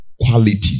quality